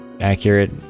Accurate